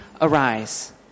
arise